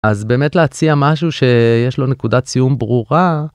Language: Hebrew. אז באמת להציע משהו שיש לו נקודת סיום ברורה.